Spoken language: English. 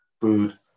food